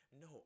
no